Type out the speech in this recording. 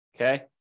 Okay